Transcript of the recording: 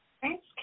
Thanks